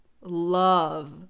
love